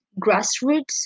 grassroots